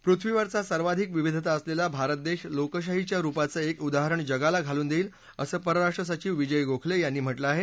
पृथ्वीवरचा सर्वाधिक विविधता असलेला भारत देश लोकशाहीच्या रुपाचं एक उदाहरण जगाला घालून देईल असं परराष्ट्र सचीव विजय गोखले यांनी म्हटलं आहे